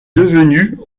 devenu